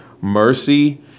Mercy